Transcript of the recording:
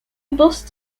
bust